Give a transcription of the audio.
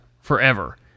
forever